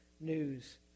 news